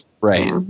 Right